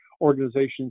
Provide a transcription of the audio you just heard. Organizations